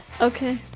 Okay